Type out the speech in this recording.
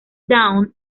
down